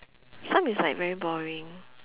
some is like very boring